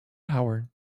power